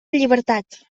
llibertat